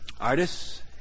artists